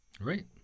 Right